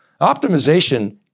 optimization